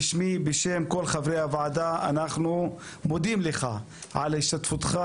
בשמי ובשם כל חברי הוועדה אנחנו מודים לך על השתתפותך